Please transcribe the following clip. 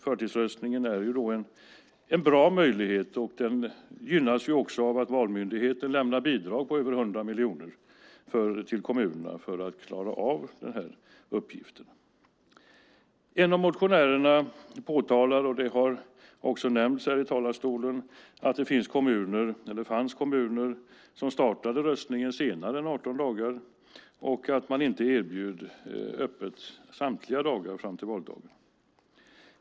Förtidsröstningen är en bra möjlighet. Den gynnas också av att Valmyndigheten lämnar bidrag på över 100 miljoner till kommunerna för att klara av uppgiften. En av motionärerna påtalar, och det har nämnts här i talarstolen, att det fanns kommuner som startade röstningen senare än 18 dagar innan valdagen och att man inte erbjöd att ha öppet samtliga dagar fram till valdagen.